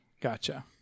Gotcha